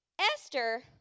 Esther